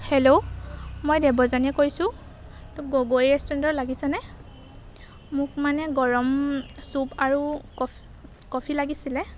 hello মই দেৱযানীয়ে কৈছোঁ এইটো গগৈ ৰেষ্টুৰেণ্টৰ লাগিছেনে মোক মানে গৰম চুপ আৰু কফ কফি লাগিছিলে